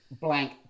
blank